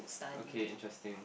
okay interesting